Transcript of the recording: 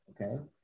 Okay